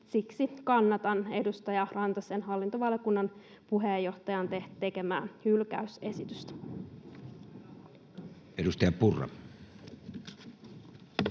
Siksi kannatan edustaja Rantasen, hallintovaliokunnan puheenjohtajan, tekemää hylkäysesitystä. [Speech 110]